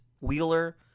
Wheeler